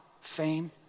fame